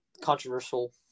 controversial